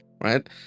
right